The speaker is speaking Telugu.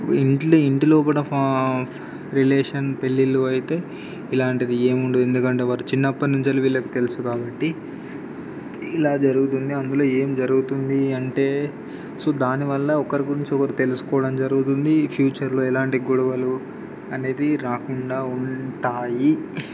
ఇంటిలో ఇంటిలో కూడా ఫా రిలేషన్ పెళ్ళిళ్ళు అయితే ఇలాంటిది ఏమి ఉండదు ఎందుకంటే వారు చిన్నప్పటి నుంచి వీళ్ళకి తెలుసు కాబట్టి ఇలా జరుగుతుంది అందులో ఏమి జరుగుతుంది అంటే సో దానివల్ల ఒకరి గురించి ఒకరు తెలుసుకోవడం జరుగుతుంది ఫ్యూచర్లో ఎలాంటి గొడవలు అనేది రాకుండా ఉంటాయి